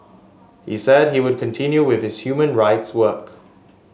he said he would continue with his human rights work